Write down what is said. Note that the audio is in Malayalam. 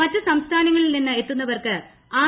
മറ്റു സംസ്ഥാനങ്ങളിൽ നിന്ന് എത്തുന്നവർക്ക് ആർ